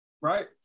Right